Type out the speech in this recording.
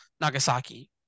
Nagasaki